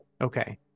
Okay